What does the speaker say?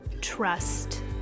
trust